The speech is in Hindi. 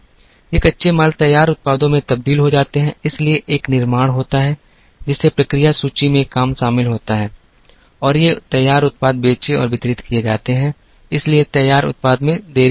ये कच्चे माल तैयार उत्पादों में तब्दील हो जाते हैं इसलिए एक निर्माण होता है जिसमें प्रक्रिया सूची में काम शामिल होता है और ये तैयार उत्पाद बेचे और वितरित किए जाते हैं इसलिए तैयार उत्पाद में देरी होती है